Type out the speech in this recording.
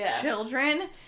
children